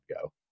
go